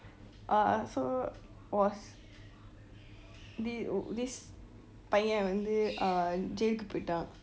uh so was thi~ this பையன் வந்து:paiyan vantu uh jail கு போய்டான்:ku poitan